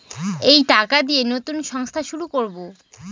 এই টাকা দিয়ে নতুন সংস্থা শুরু করবো